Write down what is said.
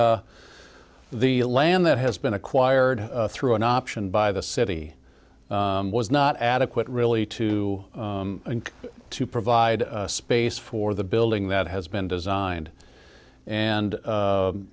the land that has been acquired through an option by the city was not adequate really to to provide space for the building that has been designed and